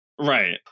Right